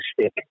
stick